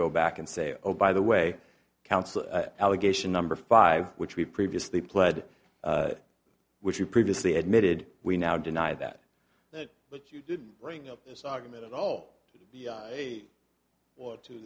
go back and say oh by the way counsel allegation number five which we previously pled which you previously admitted we now deny that that but you didn't bring up this argument at all or to